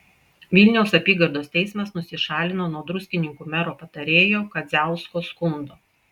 vilniaus apygardos teismas nusišalino nuo druskininkų mero patarėjo kadziausko skundo